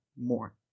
more